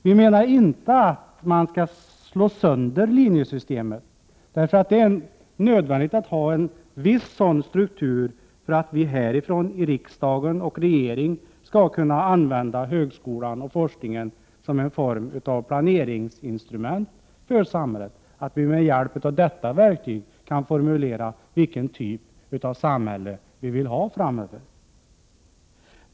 Vi menar inte att linjesystemet skall slås sönder, eftersom det är nödvändigt att ha en viss struktur för att riksdag och regeringen skall kunna använda högskolan och forskningen som en form av planeringsinstrument för samhället, att man med hjälp av detta verktyg kan formulera vilken typ av samhälle man vill ha i framtiden.